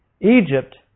Egypt